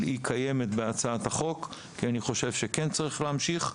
כי אני חושב שכן צריך להמשיך,